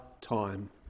time